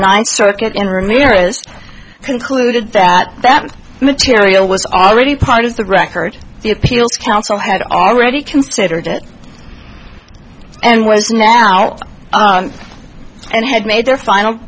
ninth circuit in ramirez concluded that that material was already part of the record the appeals council had already considered it and was now and had made their final